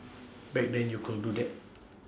back then you could do that